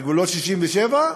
בגבולות 67'